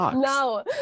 No